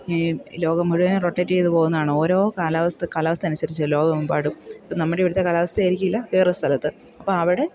ഈ ലോകം മുഴുവനും റൊട്ടേറ്റ് ചെയ്ത് പോകുന്നതാണ് ഓരോ കാലാവസ്ഥ കാലാവസ്ഥയനുസരിച്ച് ലോകമെമ്പാടും ഇപ്പം നമ്മുടെ ഇവിടുത്തെ കാലാവസ്ഥയായിരിക്കില്ല വേറൊരു സ്ഥലത്ത് അപ്പം അവിടെ